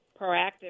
proactive